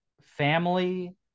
family